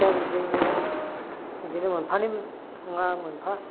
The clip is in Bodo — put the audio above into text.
दा बेजोंनो बिदिनो मोनफानि नङा मोनफा